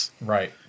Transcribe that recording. Right